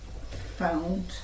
found